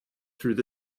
through